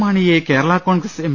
മാണിയെ കേരള കോൺഗ്രസ് എം